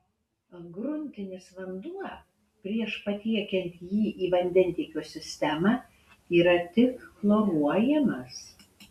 gruntinis vanduo prieš patiekiant jį į vandentiekio sistemą yra tik chloruojamas